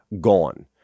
gone